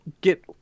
get